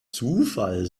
zufall